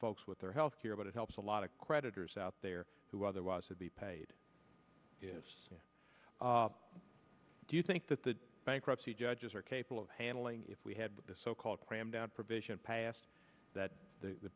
folks with their health care but it helps a lot of creditors out there who otherwise would be paid yes do you think that the bankruptcy judges are capable of handling if we had the so called cram down provision passed that the